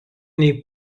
nei